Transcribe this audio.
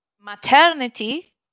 Maternity